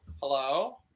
Hello